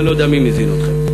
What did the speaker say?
אני לא יודע מי מזין אתכם.